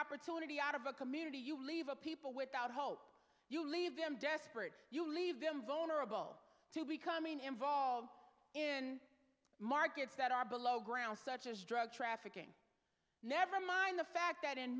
opportunity out of a community you leave a people without hope you leave them desperate you leave them vulnerable to becoming involved in markets that are below ground such as drug trafficking never mind the fact that in